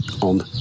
on